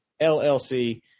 LLC